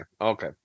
okay